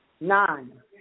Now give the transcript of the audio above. Nine